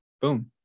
boom